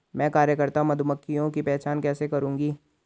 मैं कार्यकर्ता मधुमक्खियों की पहचान कैसे करूंगी?